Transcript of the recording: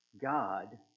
God